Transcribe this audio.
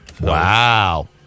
Wow